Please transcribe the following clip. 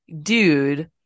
dude